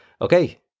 Okay